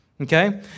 okay